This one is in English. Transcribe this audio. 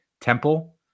Temple